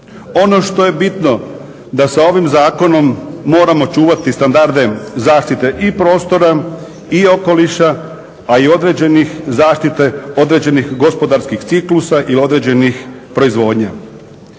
Ono što je bitno da sa ovim zakonom moramo čuvati standarde zaštite i prostora i okoliša, pa i određenih, zaštite određenih gospodarskih ciklusa ili određenih proizvodnja.